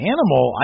Animal